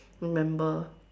remember